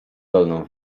dolną